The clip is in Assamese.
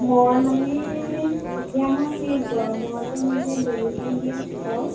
মই মানে এতিয়া মই সেই গড়মূৰতে এনেকে ডেলিভাৰী দি আছোঁ বাৰু